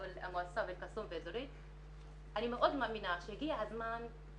אני מאוד מאמינה שהגיע הזמן ש